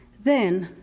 then,